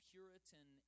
Puritan